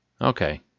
Okay